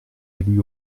élus